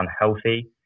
unhealthy